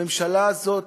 הממשלה הזאת,